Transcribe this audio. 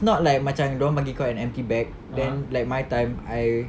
it's not like macam dorang bagi kau an empty bag then like my time I